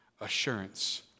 assurance